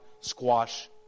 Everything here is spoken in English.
squash